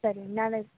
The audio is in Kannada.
ಸರಿ ನಾಳೆ